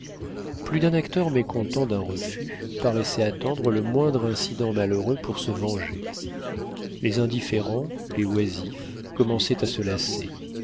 plus d'un acteur mécontent d'un refus paraissait attendre le moindre incident malheureux pour se venger les indifférents les oisifs commençaient à se lasser